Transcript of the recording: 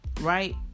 Right